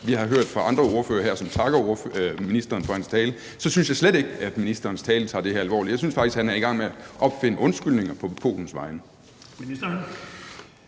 vi har hørt fra andre ordførere her, som takker ministeren for hans tale, så synes jeg slet ikke, at ministeren i sin tale tager det her alvorligt. Jeg synes faktisk, at han er i gang med at opfinde undskyldninger på Polens vegne. Kl.